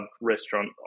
restaurant